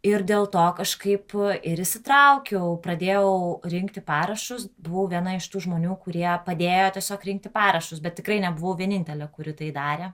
ir dėl to kažkaip ir įsitraukiau pradėjau rinkti parašus buvau viena iš tų žmonių kurie padėjo tiesiog rinkti parašus bet tikrai nebuvau vienintelė kuri tai darė